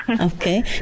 Okay